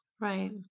Right